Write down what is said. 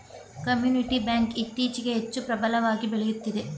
community bank ಇತ್ತೀಚೆಗೆ ಹೆಚ್ಚು ಪ್ರಬಲವಾಗಿ ಬೆಳೆಯುತ್ತಿದೆ